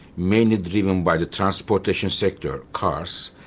mainly driven by the transportation sector, cars,